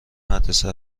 مدرسه